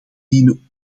dienen